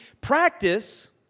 practice